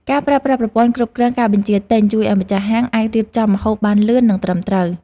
ការប្រើប្រាស់ប្រព័ន្ធគ្រប់គ្រងការបញ្ជាទិញជួយឱ្យម្ចាស់ហាងអាចរៀបចំម្ហូបបានលឿននិងត្រឹមត្រូវ។